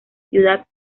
ciudad